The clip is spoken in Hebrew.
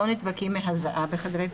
לא נדבקים מהזעה בחדרי כושר,